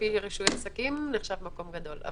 לפי רישוי עסקים זה נחשב מקום גדול.